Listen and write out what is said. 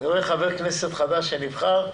רואה חבר כנסת חדש שנבחר,